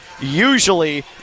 usually